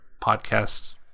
podcasts